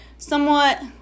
somewhat